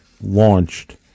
launched